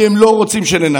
כי הם לא רוצים שננצח.